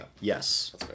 Yes